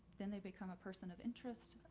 then they become a person of interest.